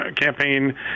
campaign